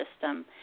system